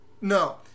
No